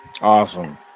Awesome